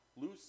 loose